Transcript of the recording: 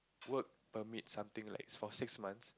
work permit something like it's for six months